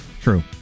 true